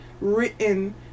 written